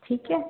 ठीक है